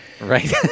Right